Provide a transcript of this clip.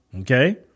Okay